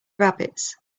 rabbits